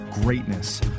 greatness